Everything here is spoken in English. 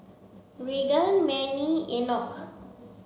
Raegan Mannie and Enoch